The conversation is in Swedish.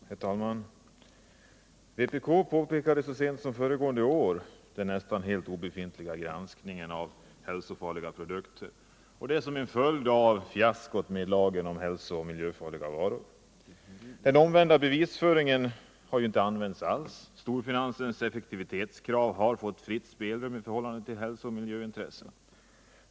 Herr talman! Vänsterpartiet kommunisterna pekade så sent som föregående år på den nästan obefintliga granskningen av hälsofarliga produkter såsom en följd av fiaskot med lagen om hälsooch miljöfarliga varor. Den omvända bevisföringen har ju inte använts alls! Storfinansens effektivitetskrav har fått fritt spelrum i förhållande till hälsooch miljöintressen.